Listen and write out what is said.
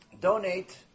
donate